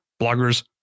bloggers